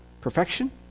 perfection